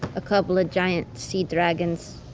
a couple of giant sea dragons,